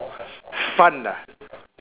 fun ah